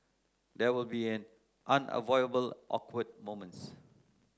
there will be unavoidable awkward moments